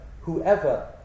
Whoever